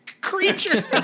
creature